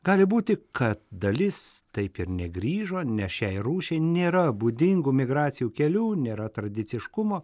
gali būti kad dalis taip ir negrįžo nes šiai rūšiai nėra būdingų migracijų kelių nėra tradiciškumo